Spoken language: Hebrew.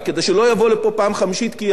כי אני מניח שלא תהיה פעם חמישית.